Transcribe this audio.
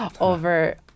over